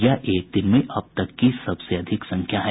यह एक दिन में अब तक की सबसे अधिक संख्या है